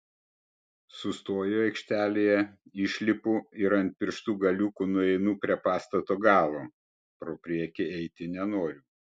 sustoju aikštelėje išlipu ir ant pirštų galiukų nueinu prie pastato galo pro priekį eiti nenoriu